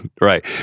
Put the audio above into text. Right